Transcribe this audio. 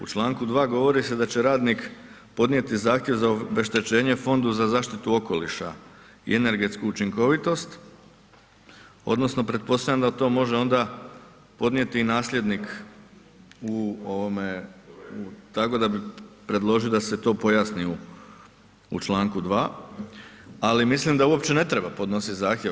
U članku 2. govori se da će radnik podnijeti zahtjev za obeštećenje Fondu za zaštitu okoliša i energetsku učinkovitost odnosno pretpostavljam da to može ona podnijeti nasljednik u ovome, tako da bih predložio da se to pojasni u članku 2., ali mislim da uopće ne treba podnositi zahtjev.